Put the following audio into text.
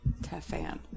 Tefan